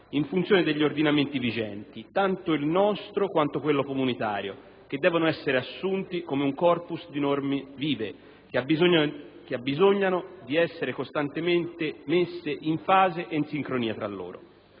in funzione degli ordinamenti vigenti, tanto il nostro quanto quello comunitario, che devono essere assunti come un *corpus* di norme vive che abbisognano di essere costantemente messe in fase e in sincronia tra loro.